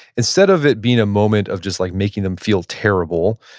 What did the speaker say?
instead of it being a moment of just like making them feel terrible,